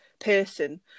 person